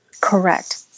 Correct